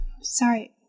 Sorry